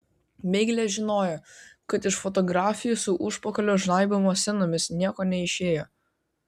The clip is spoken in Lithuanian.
miglė žinojo kad iš fotografijų su užpakalio žnaibymo scenomis nieko neišėjo